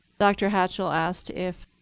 dr. hatchell asked if